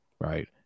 right